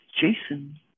Jason